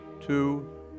two